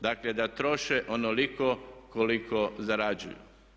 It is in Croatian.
Dakle, da troše onoliko koliko zarađuju.